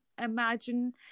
imagine